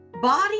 Body